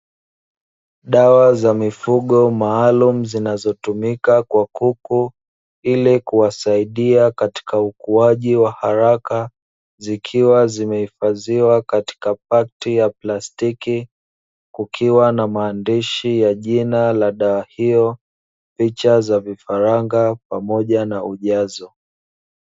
Dawa za mifugo maalumu, zinazotumika kwa kuku ili kuwasaidia katika ukuaji wa haraka. Zikiwa zimehifadhiwa katika pakiti ya plastiki, kukiwa na maandishi ya jina ya dawa hiyo, picha za vifaranga pamoja na ujazo.